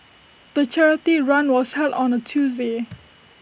the charity run was held on A Tuesday